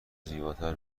زیباتر